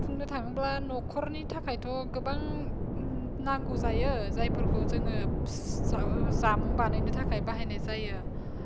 बुंनो थाङोब्ला न'खरनि थाखायथ' गोबां नांगौ जायो जायफोरखौ जोङो जामुं बानायनो थाखाय बाहायनाय जायो